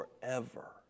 forever